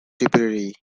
tipperary